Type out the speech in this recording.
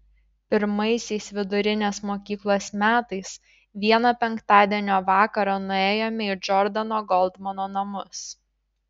pirmaisiais vidurinės mokyklos metais vieną penktadienio vakarą nuėjome į džordano goldmano namus